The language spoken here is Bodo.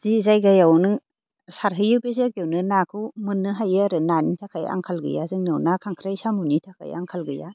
जि जायगायाव नों सारहैयो बे जायगायावनो नाखौ मोननो हायो आरो नानि थाखाय आंखाल गैया जोंनाव ना खांख्राइ साम'नि थाखाय आंखाल गैया